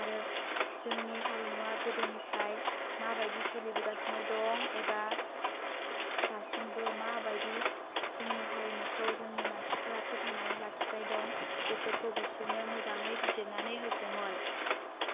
आरो जोंनि हारिमुवा गोदोनिफ्राय मा बायदि सोलिबोगासिनो दं एबा दासिमबो मा बायदि जोंनि हारिमुखौ जोंनि मानसिफोरा फोथांनानै लाखिबाय दं बेफोरखौ बिसोरनो मोजाङै बिजिरनानै होगौमोन